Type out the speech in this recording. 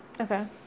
Okay